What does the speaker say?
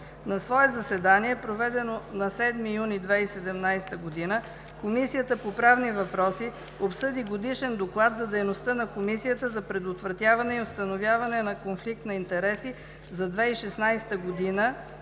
На свое заседание, проведено на 7 юни 2017 г., Комисията по правни въпроси обсъди Годишен доклад за дейността на Комисията за предотвратяване и установяване на конфликт на интереси за 2016 г.,